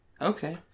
Okay